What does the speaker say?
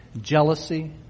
jealousy